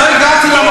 לא הגעתי,